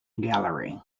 gallery